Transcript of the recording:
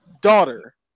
daughter